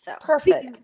Perfect